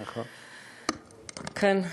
כן.